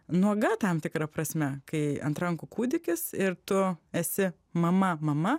nuoga tam tikra prasme kai ant rankų kūdikis ir tu esi mama mama